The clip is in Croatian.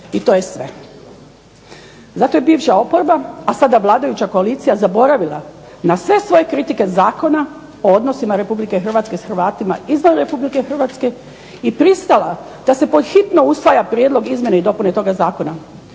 i to je sve. Zato je bivša oporba a sada vladajuća koalicija zaboravila na sve svoje kritike Zakona o odnosima Republike Hrvatske s Hrvatima izvan Republike Hrvatske i pristala da se pothitno usvaja prijedlog izmjene i dopune toga Zakona,